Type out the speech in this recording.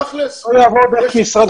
תכל'ס, יש אישור.